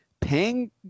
paying